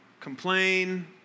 Complain